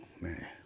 man